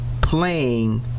playing